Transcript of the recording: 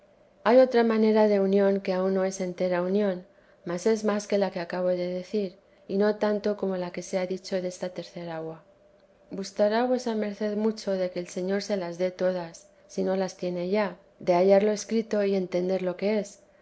hay otra manera de unión que aun no es entera unión mas es más que la que acabo de decir y no tanto como la que se ha dicho desta tercer agua gustará vuesa merced mucho de que el señor se las dé todas si no las tiene ya de hallarlo escrito y entender lo que es